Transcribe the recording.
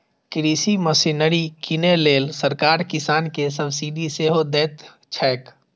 कृषि मशीनरी कीनै लेल सरकार किसान कें सब्सिडी सेहो दैत छैक